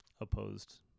opposed—